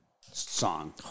song